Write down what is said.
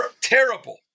Terrible